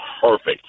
perfect